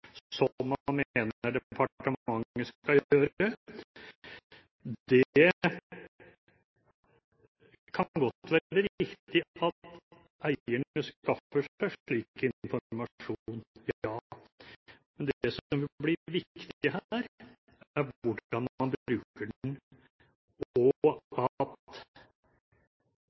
departementet skal gjøre. Det kan godt være riktig at eierne skaffer seg slik informasjon, ja. Men det som vil bli viktig her, er hvordan